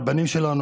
לבנים שלנו,